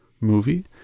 movie